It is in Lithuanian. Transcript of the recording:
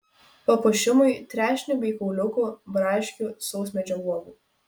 papuošimui trešnių be kauliukų braškių sausmedžio uogų